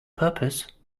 purpose